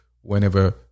whenever